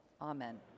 Amen